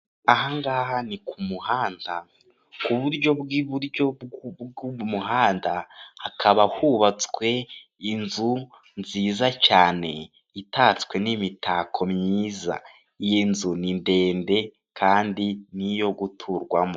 Aha ngaha ni ku muhanda, ku buryo bw'iburyo bw'Umuhanda hakaba hubatswe inzu nziza cyane itatswe n'imitako myiza, iyi nzu ni ndende kandi n'iyo guturwamo.